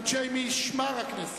לאנשי משמר הכנסת,